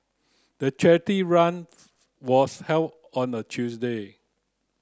the charity run was held on a Tuesday